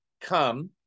come